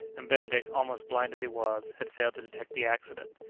and benedict, almost blind as he was, had failed to detect the accident.